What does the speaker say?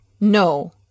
no